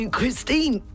Christine